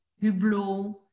Hublot